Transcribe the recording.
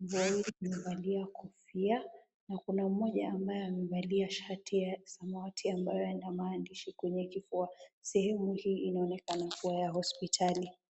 boy amevalia kofia, na kuna mmoja ambaye amevalia shati ya samawati ambayo ina maandishi kwenye kifua. Sehemu hii inaonekana kuwa ya hospitali.